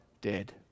dead